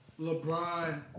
LeBron